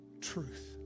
truth